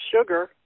sugar